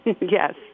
Yes